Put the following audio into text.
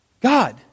God